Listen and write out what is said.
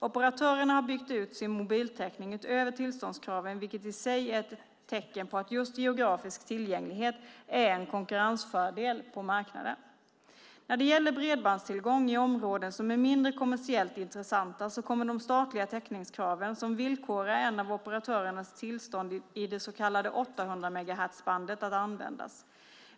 Operatörerna har byggt ut sin mobiltäckning utöver tillståndskraven, vilket i sig är ett tecken på att just geografisk tillgänglighet är en konkurrensfördel på marknaden. När det gäller bredbandstillgång i områden som är mindre kommersiellt intressanta kommer de statliga täckningskraven, som villkorar en av operatörernas tillstånd i det så kallade 800-megaherzbandet, att användas.